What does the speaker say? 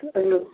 हँ यौ